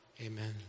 Amen